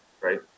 right